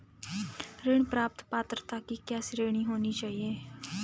ऋण प्राप्त पात्रता की क्या श्रेणी होनी चाहिए?